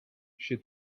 she